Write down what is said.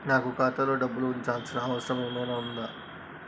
నాకు ఖాతాలో డబ్బులు ఉంచాల్సిన అవసరం ఏమన్నా ఉందా?